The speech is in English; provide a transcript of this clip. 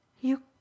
You